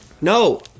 No